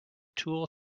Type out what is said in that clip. tool